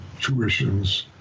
tuitions